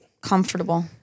Comfortable